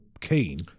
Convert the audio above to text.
keen